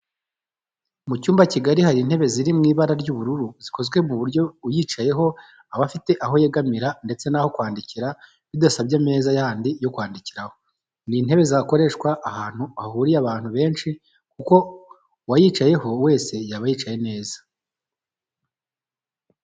Mu cyumba kigari hari intebe ziri mu ibara ry'ubururu zikozwe ku buryo uyicayeho aba afite aho yegamira ndetse n'aho kwandikira bidasabye ameza yandi yo kwandikiraho. Ni intebe zakoreshwa ahantu hahuriye abantu benshi kuko uwayicaraho wese yaba yicaye neza